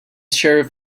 sheriff